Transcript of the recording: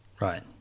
Right